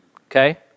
Okay